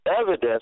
evidence